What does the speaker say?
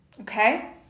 okay